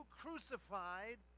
crucified